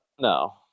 No